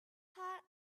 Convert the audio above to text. had